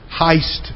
heist